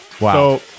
Wow